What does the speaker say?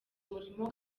umurimo